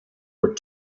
were